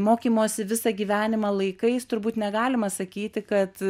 mokymosi visą gyvenimą laikais turbūt negalima sakyti kad